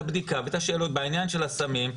את הבדיקה ואת השאלות בעניין של הסמים.